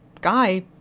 guy